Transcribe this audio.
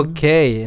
Okay